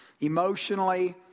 emotionally